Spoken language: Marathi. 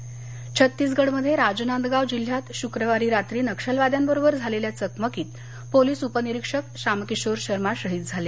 नक्षलवादी ठार छत्तीसगड मध्ये राजनांदगाव जिल्ह्यात शुक्रवारी रात्री नक्षलवाद्यांबरोबर झालेल्या चकमकीत पोलीस उपनिरिक्षक श्यामकिशोर शर्मा शहीद झाले